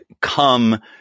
come